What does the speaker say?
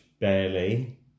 barely